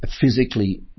physically